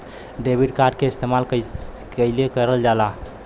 Debit card के इस्तेमाल कइसे करल जाला?